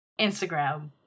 Instagram